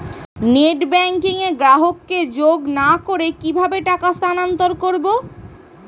Net banking এ গ্রাহককে যোগ না করে কিভাবে টাকা স্থানান্তর করব?